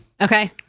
Okay